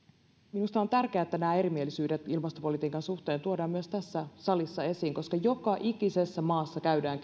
minusta on tärkeää että nämä erimielisyydet ilmastopolitiikan suhteen tuodaan myös tässä salissa esiin koska joka ikisessä maassa käydään